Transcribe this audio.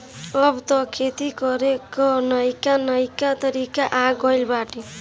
अब तअ खेती करे कअ नईका नईका तरीका आ गइल बाटे